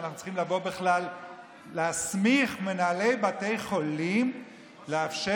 על זה שאנחנו צריכים לבוא בכלל להסמיך מנהלי בתי חולים לאפשר